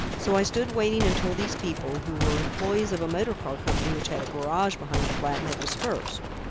so i stood waiting until these people, who were employees of a motor-car company which had a garage behind the flat, had dispersed.